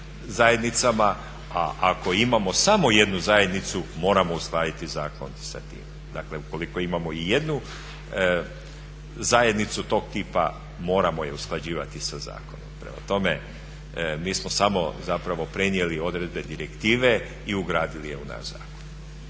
A ako imamo samo jednu zajednicu moramo uskladiti zakon sa time. Dakle, ukoliko imamo i jednu zajednicu tog tipa moramo je usklađivati sa zakonom. Prema tome, mi smo samo zapravo prenijeli odredbe direktive i ugradili je u naš zakon.